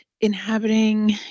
inhabiting